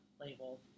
label